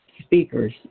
speakers